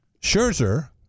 Scherzer